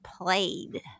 played